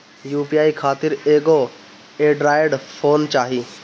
UPI खातिर एगो android phone चाही